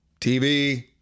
TV